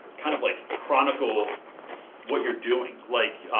kind of like chronical what you're doing. like